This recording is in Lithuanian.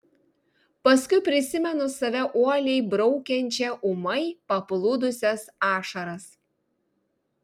paskui prisimenu save uoliai braukiančią ūmai paplūdusias ašaras